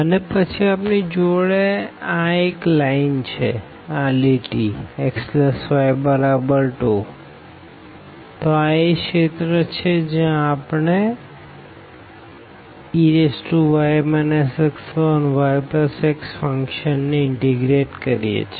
અને પછી આપણી જોડે આ લીટી છે xy2તો આ એ રીજિયન છે જ્યાં આપણે ey xyxફંક્શન ને ઇનટીગ્રેટ કરીએ છે